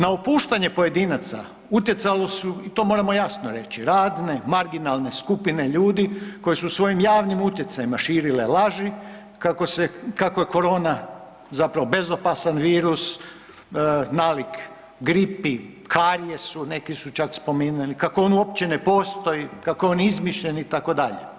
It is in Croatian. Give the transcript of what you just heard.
Na opuštanje pojedinaca utjecali su i to moramo jasno reći, razne marginalne skupine ljudi koji su svojim javnim utjecajem širile laži kako je korona zapravo bezopasan virus, nalik gripi, karijesu neki su čak spominjali, kako on uopće ne postoji kako je on izmišljen itd.